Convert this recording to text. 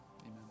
Amen